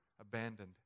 abandoned